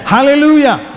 Hallelujah